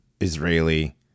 Israeli